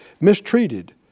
mistreated